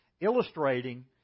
illustrating